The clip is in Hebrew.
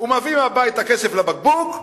הוא מביא מהבית את הכסף לבקבוק,